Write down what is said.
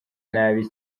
nabi